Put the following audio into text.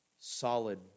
solid